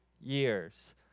years